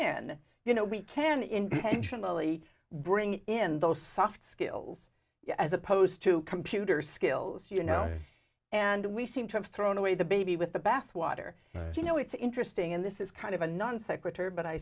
han you know we can intentionally bring in those soft skills as opposed to computer skills you know and we seem to have thrown away the baby with the bathwater you know it's interesting and this is kind of a non sequitur but i